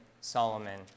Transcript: Solomon